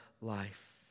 life